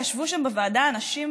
ישבו שם בוועדה אנשים